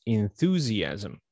enthusiasm